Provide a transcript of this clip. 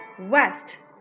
West